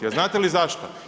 A znate li zašto?